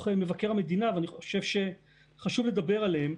מבקר המדינה ואני חושב שחשוב לדבר עליהם.